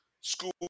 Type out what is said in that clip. school